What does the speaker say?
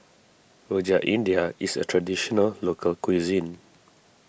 Rojak India is a Traditional Local Cuisine